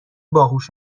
باهوش